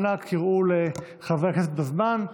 אנא קראו לחברי הכנסת בזמן.